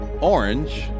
orange